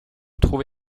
trouvé